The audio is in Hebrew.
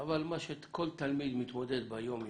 אבל כל תלמיד מתמודד ביום-יום.